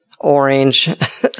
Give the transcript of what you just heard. orange